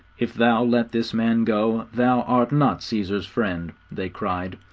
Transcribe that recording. if thou let this man go, thou art not caesar's friend, they cried,